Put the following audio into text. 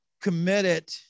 committed